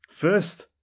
First